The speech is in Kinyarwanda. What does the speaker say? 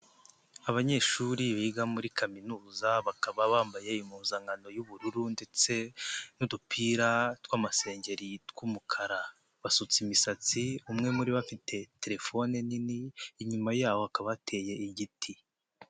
Abanyeshuri biga muri kaminuza bakaba bambaye impuzankano y'ubururu ndetse n'udupira tw'amasengeri tw'umukara basutse imisatsi umwe muri bo bafite telefone nini, inyuma yaho hakaba hateye igiti.